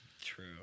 true